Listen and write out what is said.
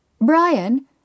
Brian